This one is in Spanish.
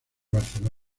barcelona